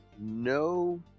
no